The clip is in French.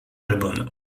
album